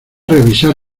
revisar